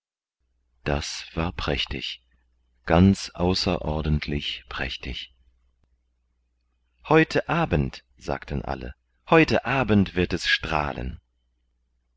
das war prächtig ganz außerordentlich prächtig heute abend sagten alle heute abend wird es strahlen